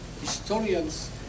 historians